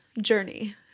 journey